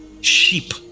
sheep